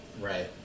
right